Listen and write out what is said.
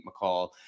McCall